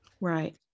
Right